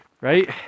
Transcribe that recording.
right